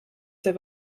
der